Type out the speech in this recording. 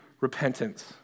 repentance